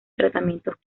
tratamientos